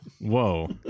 Whoa